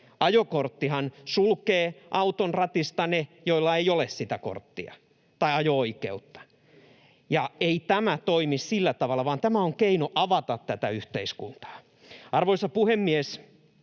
Ajokorttihan sulkee auton ratista ne, joilla ei ole sitä korttia tai ajo-oikeutta. [Sosiaalidemokraattien ryhmästä: Kyllä!] Ei tämä toimi sillä tavalla, vaan tämä on keino avata tätä yhteiskuntaa. Arvoisa puhemies!